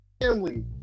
family